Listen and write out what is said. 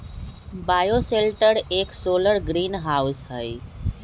bioshelter एक solar greenhouse हई